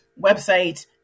website